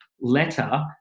letter